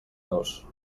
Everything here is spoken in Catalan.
dos